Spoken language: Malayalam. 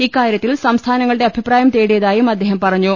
ഇക്കാര്യത്തിൽ സംസ്ഥാനങ്ങളുടെ അഭിപ്രായം തേടിയതായും അദ്ദേഹം പറഞ്ഞു